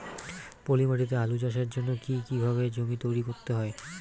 পলি মাটি তে আলু চাষের জন্যে কি কিভাবে জমি তৈরি করতে হয়?